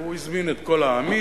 והוא הזמין את כל העמים.